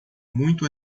muito